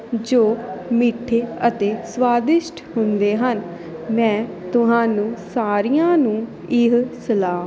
ਜੋ ਮਿੱਠੇ ਅਤੇ ਸਵਾਦਿਸ਼ਟ ਹੁੰਦੇ ਹਨ ਮੈਂ ਤੁਹਾਨੂੰ ਸਾਰਿਆਂ ਨੂੰ ਇਹ ਸਲਾਹ